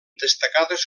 destacades